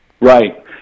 Right